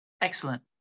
Excellent